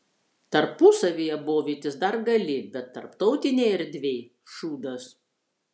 tarpusavyje bovytis dar gali bet tarptautinėj erdvėj šūdas